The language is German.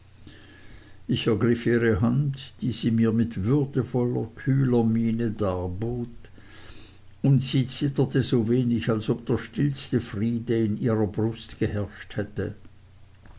ich ergriff ihre hand die sie mir mit würdevoller kühler miene darbot und sie zitterte so wenig als ob der stillste friede in ihrer brust geherrscht hätte